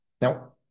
Now